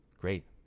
Great